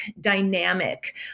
dynamic